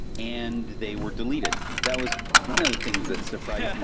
and they were deleted. that was one of the things that surprised yeah